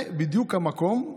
זה בדיוק המקום,